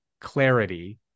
clarity